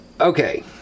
Okay